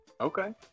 Okay